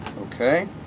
okay